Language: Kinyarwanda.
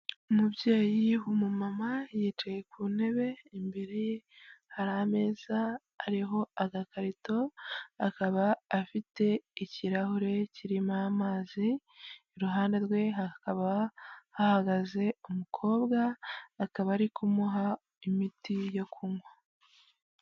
Umubyeyi w'umumama yicaye ku ntebe imbere ye hari ameza ariho agakarito, akaba afite ikirahure kirimo amazi iruhande rwe, hakaba hahagaze umukobwa akaba ari kumuha imiti yo kunywa.